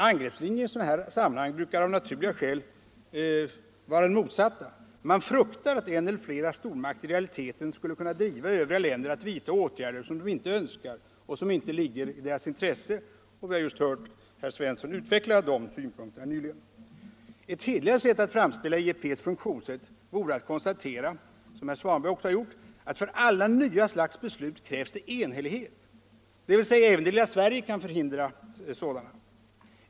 Angreppslinjen i sådana här sammanhang brukar av naturliga skäl vara den motsatta: man fruktar att en eller flera stormakter i realiteten skall kunna driva övriga länder att vidta åtgärder som de inte önskar och som inte ligger i deras intresse; vi har just hört herr Svensson i Malmö utveckla de synpunkterna. Ett hederligare sätt att framställa IEP:s funktionssätt vore att konstatera — vilket herr Svanberg också har gjort — att för alla slags nya beslut krävs det enhällighet, dvs. att även det lilla Sverige kan förhindra sådana.